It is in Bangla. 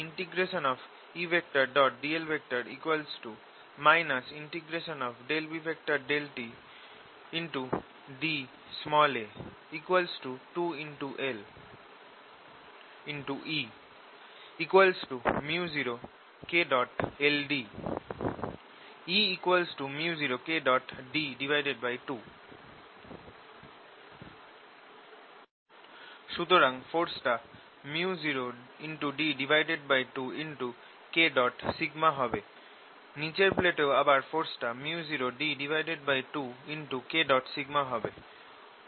Edl B∂tda 2El µ0Kld E µ0Kd2 সুতরাং ফোরসটা µ0 d2K হবে নিচের প্লেটেও আবার ফোরস µ0 d2K হবে